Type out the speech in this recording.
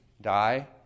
die